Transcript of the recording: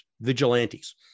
vigilantes